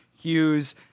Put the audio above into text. Hughes